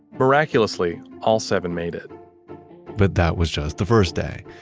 miraculously, all seven made it but that was just the first day.